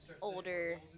older